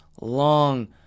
long